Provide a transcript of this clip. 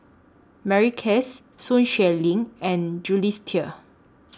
Mary Klass Sun Xueling and Jules Itier